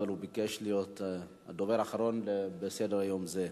אבל הוא ביקש להיות הדובר האחרון בסדר-יום זה.